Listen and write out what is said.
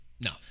No